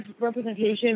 representation